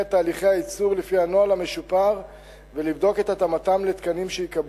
את תהליכי הייצור לפי הנוהל המשופר ולבדוק את התאמתם לתקנים שייקבעו.